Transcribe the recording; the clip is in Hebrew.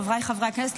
חבריי חברי הכנסת,